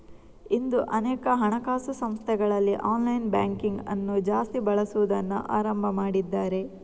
ಇಂದು ಅನೇಕ ಹಣಕಾಸು ಸಂಸ್ಥೆಗಳಲ್ಲಿ ಆನ್ಲೈನ್ ಬ್ಯಾಂಕಿಂಗ್ ಅನ್ನು ಜಾಸ್ತಿ ಬಳಸುದನ್ನ ಆರಂಭ ಮಾಡಿದ್ದಾರೆ